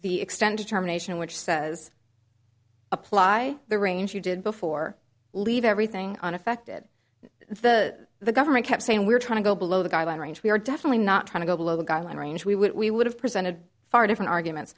the extended term nation which says apply the range you did before leave everything on affected the the government kept saying we're trying to go below the guideline range we are definitely not trying to go below the gun range we would we would have presented far different arguments